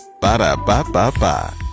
Ba-da-ba-ba-ba